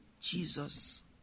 jesus